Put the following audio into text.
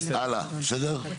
הלאה, בסדר?